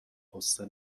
غصه